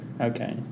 Okay